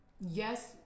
Yes